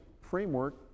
framework